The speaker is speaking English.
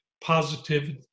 positive